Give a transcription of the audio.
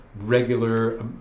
regular